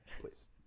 please